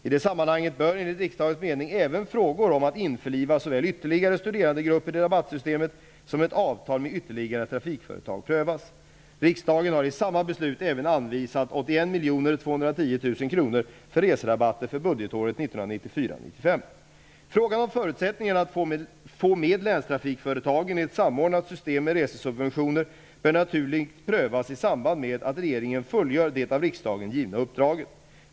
I det sammanhanget bör enligt riksdagens mening även frågor om att införliva såväl ytterligare studerandegrupper i rabattsystemet som ett avtal med ytterligare trafikföretag prövas (bet. 1993/94:SfU13, rskr. Frågan om förutsättningarna att få med länstrafikföretagen i ett samordnat system med resesubventioner bör naturligt prövas i samband med att regeringen fullgör det av riksdagen givna uppdraget.